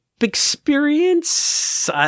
Experience